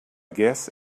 guess